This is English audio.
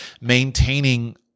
maintaining